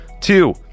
two